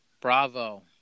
Bravo